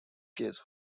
case